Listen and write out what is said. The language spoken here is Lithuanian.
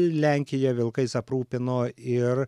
lenkija vilkais aprūpino ir